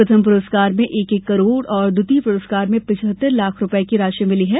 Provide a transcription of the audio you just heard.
प्रथम पुरस्कार में एक एक करोड़ और द्वितीय पुरस्कार में पिचहत्तर लाख रुपये की राशि मिली है